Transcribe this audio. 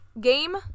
game